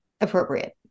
appropriate